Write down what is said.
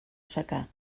secà